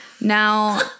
Now